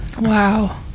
Wow